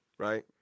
Right